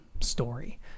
story